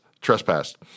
trespassed